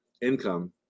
income